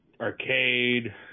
arcade